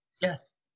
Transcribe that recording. Yes